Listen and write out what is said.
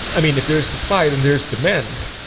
i mean, if there's supply then there's demand.